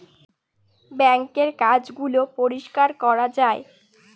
বাঙ্কের কাজ গুলো পরিষ্কার করা যায়